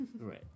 Right